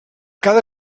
cada